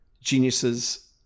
geniuses